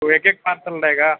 تو ایک ایک پارسل رہے گا